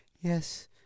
Yes